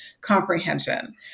comprehension